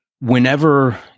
whenever